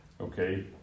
Okay